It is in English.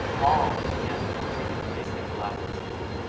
all again from within a single adwords campaign.